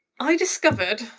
i discovered